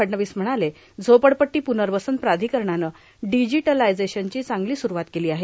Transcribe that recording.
फडणवीस म्हणाले झोपडपट्टी प्रनवसन प्राधिकरणाने डिजिटलायझेशनची चांगलो सुरुवात केलो आहे